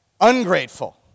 ungrateful